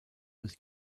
was